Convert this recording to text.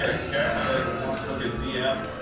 yeah jackknife but like wants to look at zm. um